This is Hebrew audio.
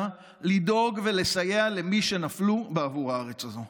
לדאוג ולסייע למי שנפלו בעבור הארץ הזאת.